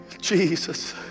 jesus